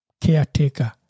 caretaker